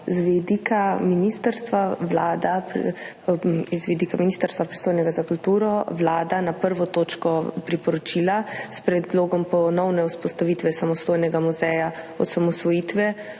Z vidika ministrstva, pristojnega za kulturo, Vlada na 1. točko priporočila s predlogom ponovne vzpostavitve samostojnega muzeja osamosvojitve